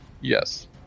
Yes